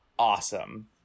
awesome